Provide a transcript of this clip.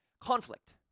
conflict